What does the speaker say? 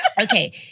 Okay